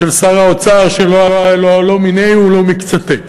שלא מיניה ולא מקצתיה.